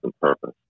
purpose